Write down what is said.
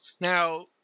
Now